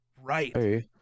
Right